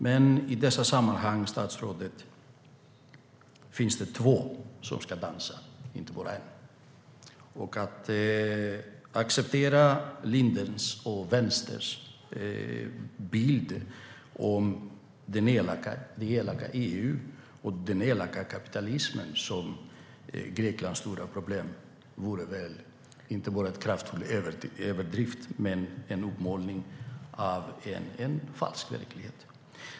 Men i dessa sammanhang, statsrådet, finns det två som ska dansa och inte bara en. Att acceptera Lindes och Vänsterns bild av det elaka EU och den elaka kapitalismen som Greklands stora problem vore inte bara en kraftfull överdrift utan en uppmålning av en falsk verklighet.